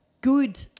good